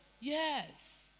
Yes